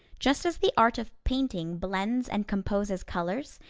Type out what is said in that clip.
just as the art of painting blends and composes colors,